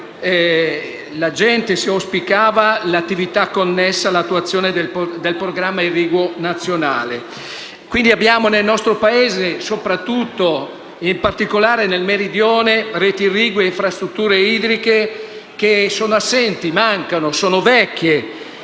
la gente auspicava, l’attività connessa all’attuazione del programma irriguo nazionale. Nel nostro Paese, soprattutto nel Meridione, le reti irrigue e le infrastrutture idriche sono assenti o sono vecchie.